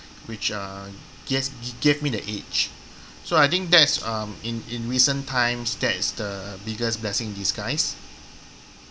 which uh g~ gave me the edge so I think that's um in in recent times that's the biggest blessing in disguise